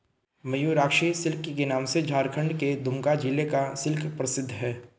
Mayurakshi silk के नाम से झारखण्ड के दुमका जिला का सिल्क प्रसिद्ध है